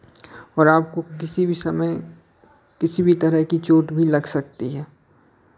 और आपको किसी भी समय किसी भी तरह की चोट भी लग सकती है